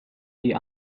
die